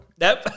Nope